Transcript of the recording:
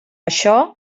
això